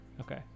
Okay